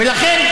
אה,